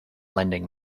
lending